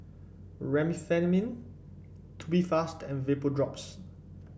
Remifemin Tubifast and Vapodrops